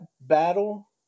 battle